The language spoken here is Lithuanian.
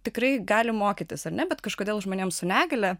tikrai gali mokytis ar ne bet kažkodėl žmonėms su negalia